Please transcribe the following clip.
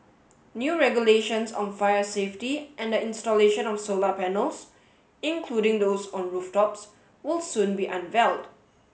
new regulations on fire safety and the installation of solar panels including those on rooftops will soon be unveiled